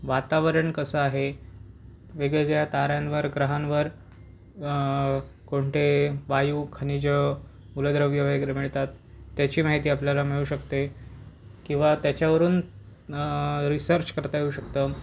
वातावरण कसं आहे वेगवेगळ्या ताऱ्यांवर ग्रहांवर कोणते वायु खनिजं मुलद्रव्य वगैरे मिळतात त्याची माहिती आपल्याला मिळू शकते किंवा त्याच्यावरून रिसर्च करता येऊ शकतं